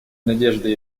надежды